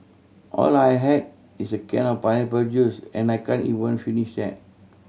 all I had is a can of pineapple juice and I can't even finish that